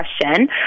question